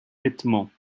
vêtements